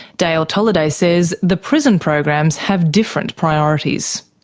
dale tolliday says the prison programs have different priorities.